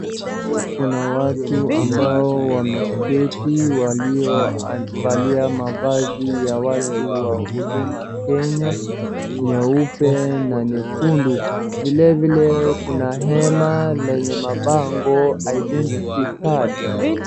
Huku kuna watu ambao wameketi waliovalia mavazi ya watu wa Huduma Kenya, nyeupe na nyekundu. Vilevile kuna hema lenye mabango identity cards .